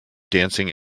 dancing